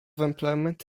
employment